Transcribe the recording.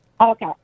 Okay